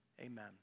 amen